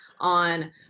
on